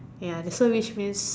ya so which means